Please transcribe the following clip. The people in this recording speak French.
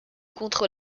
contre